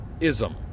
ism